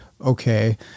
okay